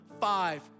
five